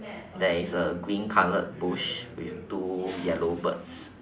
there is a green coloured bush with two yellow birds